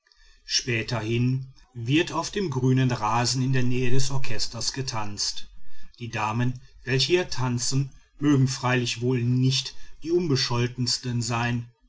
späterhin wird auf dem grünen rasen in der nähe des orchesters getanzt die damen welche hier tanzen mögen freilich wohl nicht die unbescholtensten sein